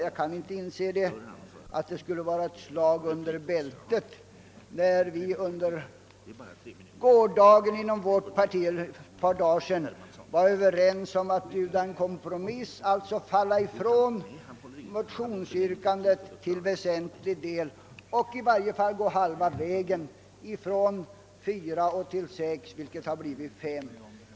Jag kan inte heller fatta att det skulle vara ett slag under bältet att vårt parti för ett par dagar sedan bestämde sig för att föreslå en kompromiss — d.v.s. att till en del avstå från motionsyrkandet och i varje fall gå halva vägen från fyra till sex år vilket ju hade blivit fem.